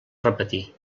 repetir